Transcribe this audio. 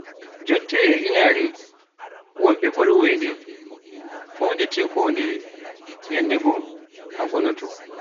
Jotte e inaare wonɓe mbolwonde, foondete kondeye yanndego a gonooto.